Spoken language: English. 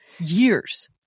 years